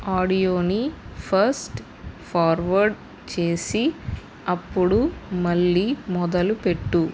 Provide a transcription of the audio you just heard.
ఆడియోని fast forward చేసి అప్పుడు మళ్ళీ మొదలుపెట్టు